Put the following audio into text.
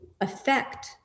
affect